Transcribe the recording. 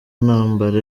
ntambara